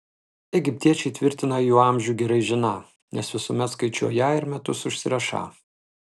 egiptiečiai tvirtina jų amžių gerai žiną nes visuomet skaičiuoją ir metus užsirašą